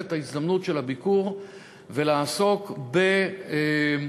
את ההזדמנות של הביקור ולעסוק במורשתו